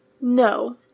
No